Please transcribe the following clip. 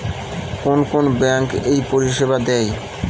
কোন কোন ব্যাঙ্ক এই পরিষেবা দেয়?